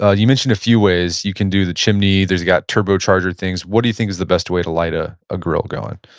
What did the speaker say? ah you mentioned a few ways, you can do the chimney, there's you've got turbo charger things. what do you think is the best way to light ah a grill going?